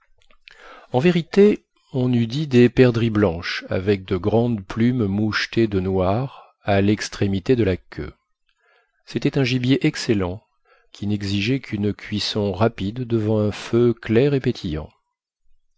en vérité on eût dit des perdrix blanches avec de grandes plumes mouchetées de noir à l'extrémité de la queue c'était un gibier excellent qui n'exigeait qu'une cuisson rapide devant un feu clair et pétillant